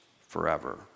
forever